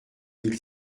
mille